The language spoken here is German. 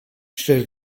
stell